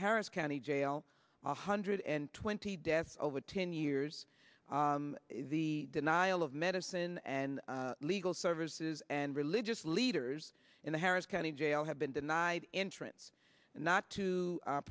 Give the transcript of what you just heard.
harris county jail one hundred and twenty deaths over ten years the denial of medicine and legal services and religious leaders in the harris county jail have been denied entrance and not to